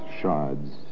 shards